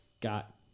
got